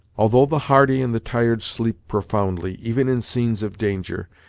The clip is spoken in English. although the hardy and the tired sleep profoundly, even in scenes of danger,